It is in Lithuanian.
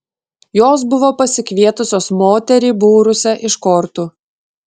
jos buvo pasikvietusios moterį būrusią iš kortų